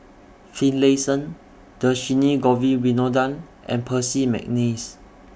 Finlayson Dhershini Govin Winodan and Percy Mcneice